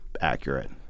accurate